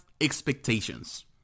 expectations